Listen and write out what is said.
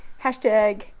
hashtag